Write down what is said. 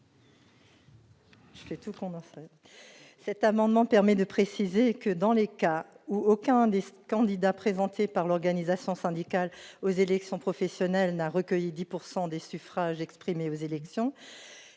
Mme Patricia Schillinger. Cet amendement a pour objet de préciser que, dans les cas où aucun des candidats présentés par l'organisation syndicale aux élections professionnelles n'a recueilli 10 % des suffrages exprimés, qu'il ne